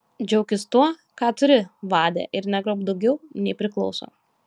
džiaukis tuo ką turi vade ir negrobk daugiau nei priklauso